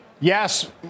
Yes